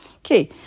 Okay